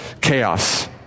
chaos